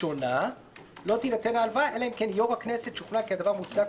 התשכ"ה 1965‏; "חוק מימון מפלגות" חוק מימון מפלגות,